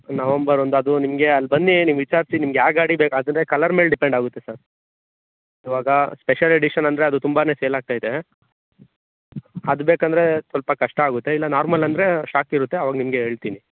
November ಒಂದು ಅದು ನಿಮಗೆ ಅಲ್ಲಿ ಬನ್ನಿ ನಿಮ್ಗೆ ವಿಚಾರಿಸಿ ನಿಮ್ಗೆ ಯಾವ ಗಾಡಿ ಬೇಕು ಅದನ್ನೆ ಕಲರ್ ಮೇಲೆ ಡಿಪೆಂಡ್ ಆಗುತ್ತೆ ಸರ್ ಇವಾಗ ಸ್ಪೆಷಲ್ ಎಡಿಷನ್ ಅಂದರೆ ಅದು ತುಂಬಾ ಸೇಲ್ ಆಗ್ತಾ ಇದೆ ಅದ್ ಬೇಕಂದರೆ ಸ್ವಲ್ಪ ಕಷ್ಟ ಆಗುತ್ತೆ ಇಲ್ಲ ನಾರ್ಮಲ್ ಅಂದರೆ ಸ್ಟಾಕ್ ಇರುತ್ತೆ ಅವಾಗ ನಿಮಗೆ ಹೇಳ್ತಿನಿ